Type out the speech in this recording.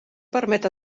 permet